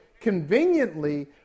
conveniently